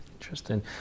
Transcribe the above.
Interesting